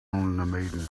maiden